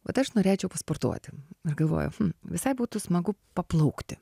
vat aš norėčiau pasportuoti ir galvoju visai būtų smagu paplaukti